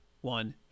One